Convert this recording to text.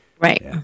Right